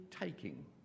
taking